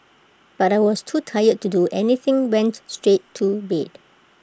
but I was too tired to do anything went straight to bed